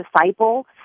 disciple